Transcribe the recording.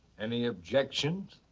any objections?